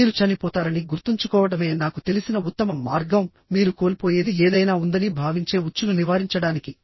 మీరు చనిపోతారని గుర్తుంచుకోవడమే నాకు తెలిసిన ఉత్తమ మార్గం మీరు కోల్పోయేది ఏదైనా ఉందని భావించే ఉచ్చును నివారించడానికి